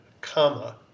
comma